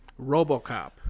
RoboCop